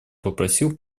попросил